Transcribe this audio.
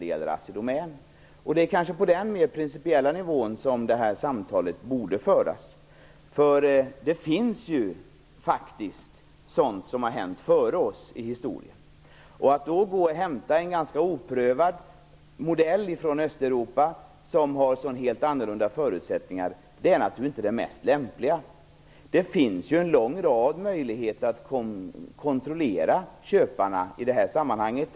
Det är kanske på den mera principiella nivån som det här samtalet borde föras. Det har faktiskt hänt saker tidigare i historien. Att då hämta en ganska oprövad modell från Östeuropa, som har helt andra förutsättningar, är naturligtvis inte det mest lämpliga. Det finns en lång rad möjligheter att i det här sammanhanget kontrollera köparna.